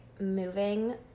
moving